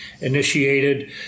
initiated